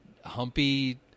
humpy